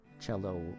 cello